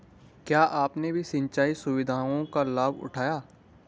क्या आपने भी सिंचाई सुविधाओं का लाभ उठाया